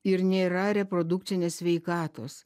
ir nėra reprodukcinės sveikatos